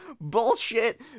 bullshit